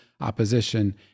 opposition